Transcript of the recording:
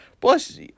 Plus